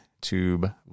tube